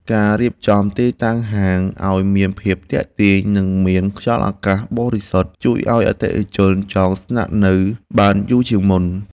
ការរៀបចំទីតាំងហាងឱ្យមានភាពទាក់ទាញ និងមានខ្យល់អាកាសបរិសុទ្ធជួយឱ្យអតិថិជនចង់ស្នាក់នៅបានយូរជាងមុន។